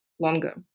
longer